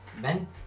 Ben